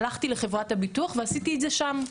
הלכתי לחברת הביטוח ועשיתי את זה שם.